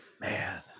Man